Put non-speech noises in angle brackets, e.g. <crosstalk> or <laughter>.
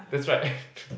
that's right <laughs>